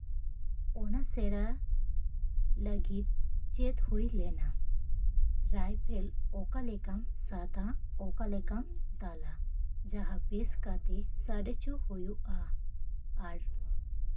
ᱚᱱᱟ ᱥᱮᱬᱟ ᱞᱟᱹᱜᱤᱫ ᱪᱮᱫ ᱦᱩᱭ ᱞᱮᱱᱟ ᱨᱟᱭᱯᱷᱮᱞ ᱚᱠᱟ ᱞᱮᱠᱟᱢ ᱥᱟᱵᱟ ᱚᱠᱟ ᱞᱮᱠᱟᱢ ᱫᱟᱞᱼᱟ ᱡᱟᱦᱟᱸ ᱵᱮᱥ ᱠᱟᱛᱮᱜ ᱥᱟᱰᱮ ᱦᱚᱪᱚ ᱦᱩᱭᱩᱜᱼᱟ ᱟᱨ